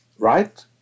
right